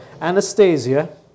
Anastasia